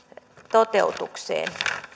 toteutukseen